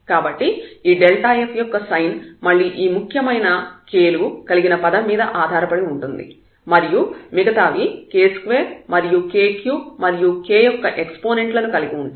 కాబట్టి ఈ f యొక్క సైన్ మళ్ళీ ఈ ముఖ్యమైన k లు కలిగిన పదం మీద ఆధారపడి ఉంటుంది మరియు మిగతావి k2 మరియు k3 మరియు k యొక్క ఎక్సపోనెంట్ లను కలిగి ఉంటాయి